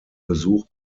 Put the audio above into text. besuch